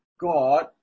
God